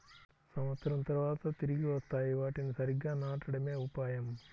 సంవత్సరం తర్వాత తిరిగి వస్తాయి, వాటిని సరిగ్గా నాటడమే ఉపాయం